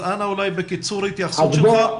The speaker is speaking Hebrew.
אז אנא בקיצור התייחסות שלך.